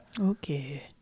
Okay